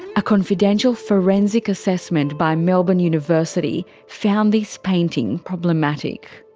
a confidential forensic assessment by melbourne university found this painting problematic.